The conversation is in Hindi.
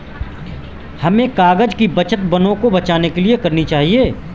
हमें कागज़ की बचत वनों को बचाने के लिए करनी चाहिए